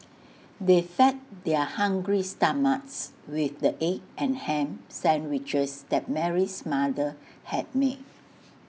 they fed their hungry stomachs with the egg and Ham Sandwiches that Mary's mother had made